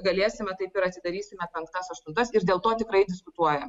galėsime taip ir atsidarysime penktas aštuntas ir dėl to tikrai diskutuojam